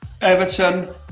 Everton